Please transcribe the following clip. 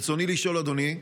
ברצוני לשאול, אדוני: